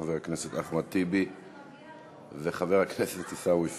חבר הכנסת אחמד טיבי וחבר הכנסת עיסאווי פריג'.